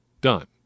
done